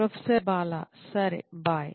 professor Bala సరే by